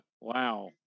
wow